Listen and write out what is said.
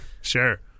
Sure